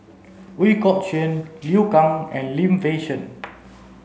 Ooi Kok Chuen Liu Kang and Lim Fei Shen